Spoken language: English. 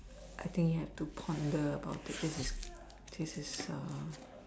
I think you have to ponder about it this is this is uh